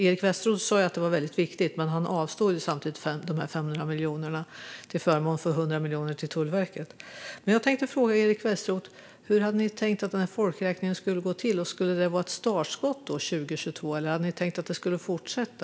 Eric Westroth sa att det var väldigt viktigt. Men han avstår samtidigt de 500 miljonerna till förmån för 100 miljoner till Tullverket. Jag vill fråga Eric Westroth: Hur hade ni tänkt att den folkräkningen skulle gå till? Skulle 2022 vara ett startskott, eller hade ni tänkt att det skulle fortsätta?